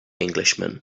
englishman